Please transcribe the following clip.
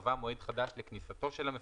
וייקבע מועד חדש לכניסתו של המפקח,